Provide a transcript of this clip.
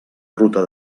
ruta